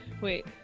wait